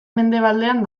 mendebaldean